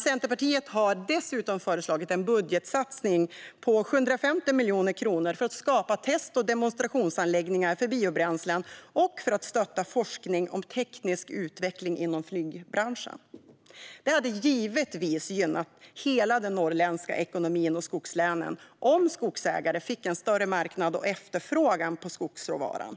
Centerpartiet har dessutom föreslagit en budgetsatsning om 750 miljoner kronor för att skapa test och demonstrationsanläggningar för biobränslen och stötta forskning om teknisk utveckling inom flygbranschen. Det hade givetvis gynnat hela den norrländska ekonomin om skogsägarna fick en större marknad och större efterfrågan på skogsråvaran.